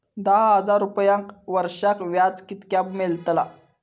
दहा हजार रुपयांक वर्षाक व्याज कितक्या मेलताला?